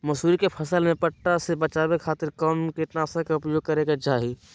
मसूरी के फसल में पट्टा से बचावे खातिर कौन कीटनाशक के उपयोग करे के चाही?